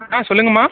ஆ சொல்லுங்களம்மா